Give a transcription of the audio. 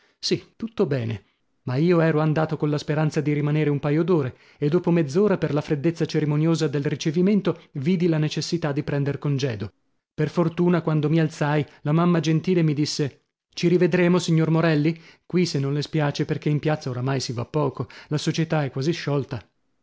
sì tutto bene ma io ero andato colla speranza di rimanere un paio d'ore e dopo mezz'ora per la freddezza cerimoniosa del ricevimento vidi la necessità di prender congedo per fortuna quando mi alzai la mamma gentile mi disse ci rivedremo signor morelli qui se non le spiace perchè in piazza oramai si va poco la società è quasi sciolta